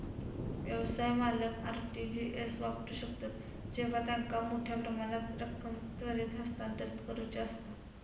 व्यवसाय मालक RTGS वापरू शकतत जेव्हा त्यांका मोठ्यो प्रमाणात रक्कम त्वरित हस्तांतरित करुची असता